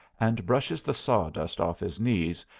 and brushes the sawdust off his knees,